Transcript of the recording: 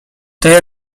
tej